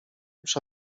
przy